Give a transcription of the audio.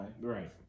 right